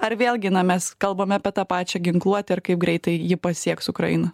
ar vėlgi na mes kalbame apie tą pačią ginkluotę ir kaip greitai ji pasieks ukrainą